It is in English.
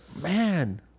Man